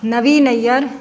Naveen Iyer